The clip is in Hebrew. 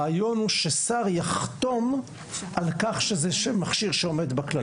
הרעיון הוא ששר יחתום על כך שזה מכשיר שעומד בכללים.